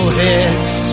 hits